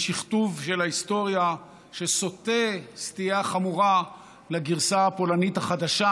מין שיכתוב של ההיסטוריה שסוטה סטייה חמורה לגרסה הפולנית החדשה,